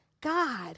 God